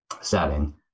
Setting